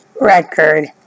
record